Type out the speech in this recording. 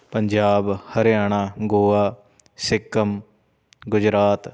Punjab Haryana Goa Sikkim Gujarat